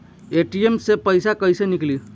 ATM से पैसा कैसे नीकली?